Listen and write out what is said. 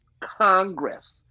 Congress